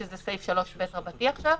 שזה סעיף 3ב עכשיו.